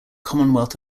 commonwealth